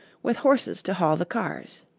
with horses to haul the cars.